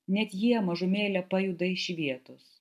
net jie mažumėlę pajuda iš vietos